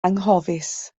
anghofus